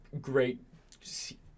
Great